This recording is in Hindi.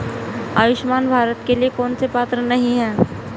आयुष्मान भारत के लिए कौन पात्र नहीं है?